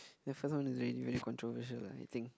the first one was really really controversial I think